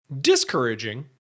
Discouraging